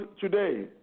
today